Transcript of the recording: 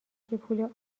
پول